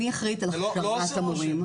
אני אחראית על הכשרת המורים.